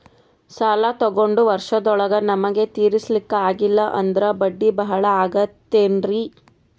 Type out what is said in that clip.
ಸಾಲ ತೊಗೊಂಡು ವರ್ಷದೋಳಗ ನಮಗೆ ತೀರಿಸ್ಲಿಕಾ ಆಗಿಲ್ಲಾ ಅಂದ್ರ ಬಡ್ಡಿ ಬಹಳಾ ಆಗತಿರೆನ್ರಿ?